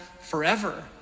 forever